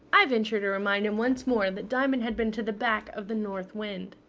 i venture to remind him once more that diamond had been to the back of the north wind.